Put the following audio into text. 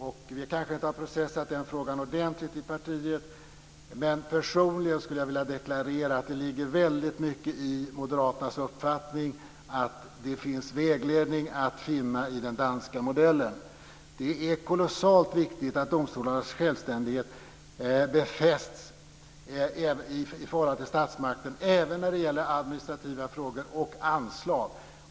Vi har kanske inte processat den frågan ordentligt i partiet, men personligen vill jag deklarera att jag tycker att det ligger väldigt mycket i Moderaternas uppfattning att det finns vägledning att finna i den danska modellen. Det är kolossalt viktigt att domstolarnas självständighet befästs i förhållande till statsmakten, även när det gäller administrativa frågor och anslag.